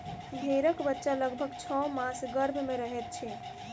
भेंड़क बच्चा लगभग छौ मास गर्भ मे रहैत छै